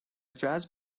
jazz